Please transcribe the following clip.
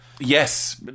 yes